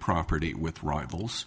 property with rivals